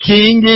King